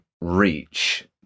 reach